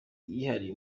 yihariye